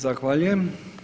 Zahvaljujem.